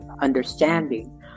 understanding